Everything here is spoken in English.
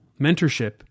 mentorship